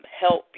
help